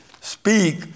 speak